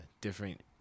different